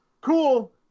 Cool